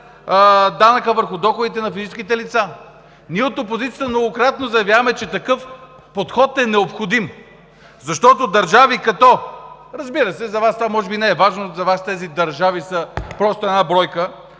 данъка върху доходите на физическите лица. Ние от опозицията многократно заявяваме, че такъв подход е необходим, защото държави като… (Реплики от ГЕРБ.) Разбира се, за Вас това може би не е важно, за Вас тези държави са просто една бройка